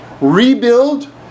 rebuild